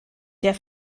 der